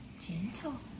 Gentle